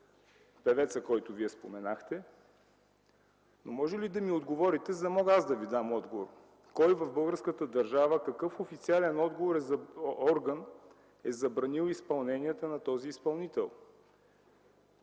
певеца, който Вие споменахте. Може ли да ми отговорите, за да мога аз да Ви дам отговор, кой в българската държава, какъв официален орган е забранил изпълненията на този изпълнител?